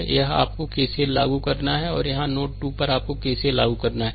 So यहां आपको KCL लागू करना है और यहां नोड 2 पर आपको केसीएल लागू करना है